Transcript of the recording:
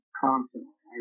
constantly